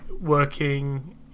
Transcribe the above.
working